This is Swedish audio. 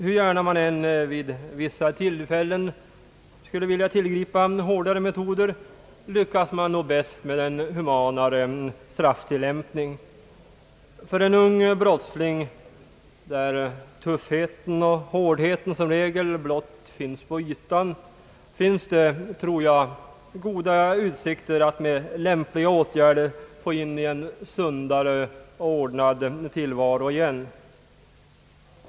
Hur gärna man än vid vissa tillfällen skulle vilja tillgripa hårdare metoder anser jag att man lyckas bäst genom en humanare strafftillämpning. Hos en ung brottsling sitter tuffheten och hårdheten som regel blott på ytan, och jag tror att det finns goda utsikter att med lämpliga åtgärder få in honom i en sundare och ordnad tillvaro igen.